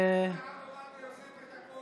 אני מבקש לצטט מהרב עובדיה יוסף את הכול,